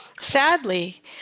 sadly